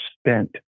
spent